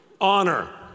honor